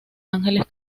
ángeles